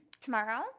tomorrow